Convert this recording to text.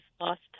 lost